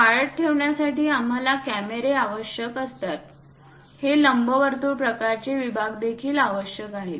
पाळत ठेवण्यासाठी आम्हाला कॅमेरे आवश्यक आहेत हे लंबवर्तुळ प्रकारचे विभाग देखील आवश्यक आहेत